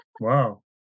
Wow